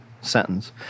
sentence